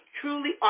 truly